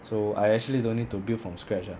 so I actually don't need to build from scratch ah